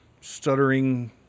stuttering